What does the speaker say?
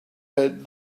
had